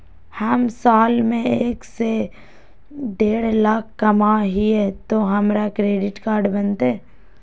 हम साल में एक से देढ लाख कमा हिये तो हमरा क्रेडिट कार्ड बनते?